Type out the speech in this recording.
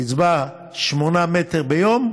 תצבע שמונה מטר ביום,